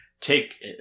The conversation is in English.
take